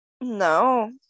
No